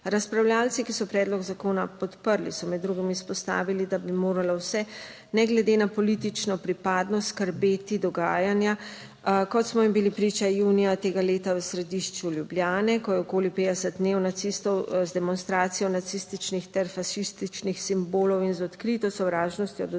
Razpravljavci, ki so predlog zakona podprli, so med drugim izpostavili, da bi morala vse, ne glede na politično pripadnost, skrbeti dogajanja, kot smo jim bili priče junija tega leta v središču Ljubljane, ko je okoli 50 neonacistov z demonstracijo nacističnih ter fašističnih simbolov in z odkrito sovražnostjo do